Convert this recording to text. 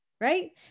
right